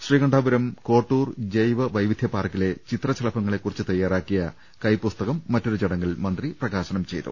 ശ്രീകണ്ഠാപുരം കോട്ടൂർ ജൈവവൈവിധ്യ പാർക്കിലെ ചിത്രശലഭങ്ങളെക്കുറിച്ച് തയ്യാറാക്കിയ ക്കെപ്പുസ്തകം മറ്റൊരു ചടങ്ങിൽ മന്ത്രി പ്രകാശനം ചെയ്തു